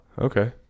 Okay